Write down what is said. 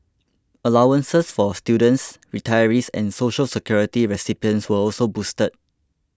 allowances for students retirees and Social Security recipients were also boosted